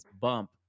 bump